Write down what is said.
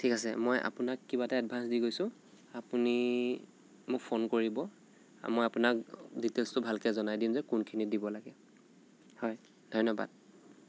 ঠিক আছে মই আপোনাক কিবা এটা এড্ভান্স দি গৈছোঁ আপুনি মোক ফোন কৰিব মই আপোনাক দিটেইলছটো ভালকৈ জনাই দিম যে কোনখিনিত দিব লাগে হয় ধন্য়বাদ